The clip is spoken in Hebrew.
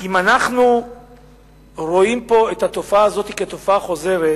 אם אנחנו רואים פה את התופעה הזאת כתופעה חוזרת,